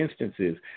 instances